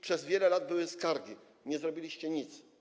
Przez wiele lat były skargi, nie zrobiliście nic.